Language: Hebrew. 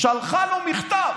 שלחה לו מכתב.